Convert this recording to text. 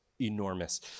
enormous